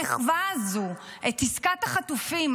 החזרת החטופים".